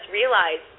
realize